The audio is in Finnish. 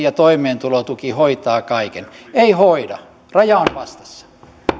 ja toimeentulotuki hoitavat kaiken eivät hoida raja on vastassa